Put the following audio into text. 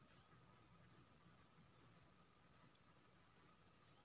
share केर बंटवारा बला दामक हिसाब सँ शेयर प्रीमियम बेचल जाय छै